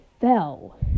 fell